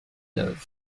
neuve